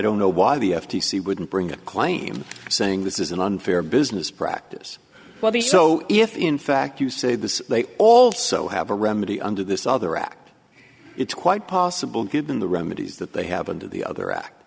don't know why the f t c wouldn't bring a claim saying this is an unfair business practice so if in fact you say this they also have a remedy under this other act it's quite possible given the remedies that they have under the other act